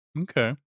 okay